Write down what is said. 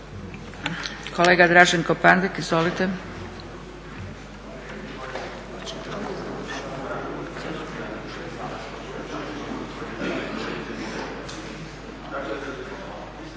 Kolega Draženko Pandek, izvolite.